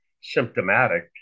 symptomatic